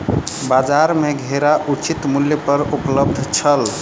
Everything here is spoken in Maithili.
बजार में घेरा उचित मूल्य पर उपलब्ध छल